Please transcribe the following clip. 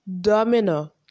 Domino